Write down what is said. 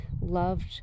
loved